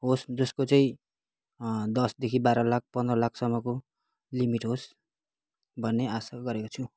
होस् जसको चाहिँ दसदेखि बाह्र लाख पन्ध्र लाखसम्मको लिमिट होस् भन्ने आशा गरेको छु